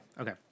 Okay